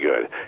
good